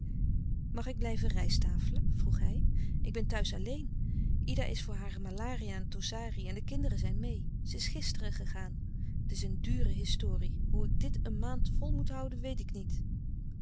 mag ik blijven rijsttafelen vroeg hij ik ben thuis alleen ida is voor hare malaria naar louis couperus de stille kracht tosari en de kinderen zijn meê ze is gisteren gegaan het is een dure historie hoe ik dit een maand vol moet houden weet ik niet